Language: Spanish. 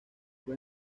fue